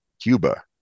Cuba